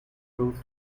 route